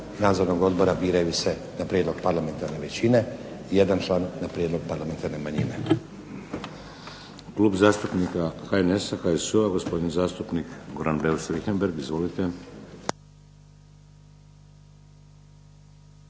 nadzornog odbora biraju se na prijedlog parlamentarne većine i jedan član na prijedlog parlamentarne manjine.